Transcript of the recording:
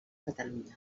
catalunya